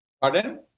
Pardon